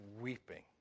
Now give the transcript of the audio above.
weeping